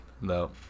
No